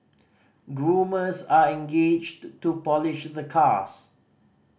groomers are engaged to polish the cars